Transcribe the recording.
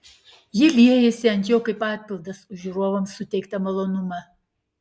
ji liejasi ant jo kaip atpildas už žiūrovams suteiktą malonumą